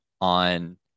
on